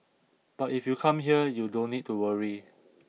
but if you come here you don't need to worry